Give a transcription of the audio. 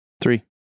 Three